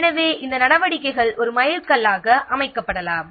எனவே இந்த நடவடிக்கைகள் ஒரு மைல்கல்லாக அமைக்கப்படலாம்